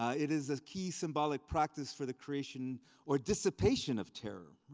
it is a key symbolic practice for the creation or dissipation of terror,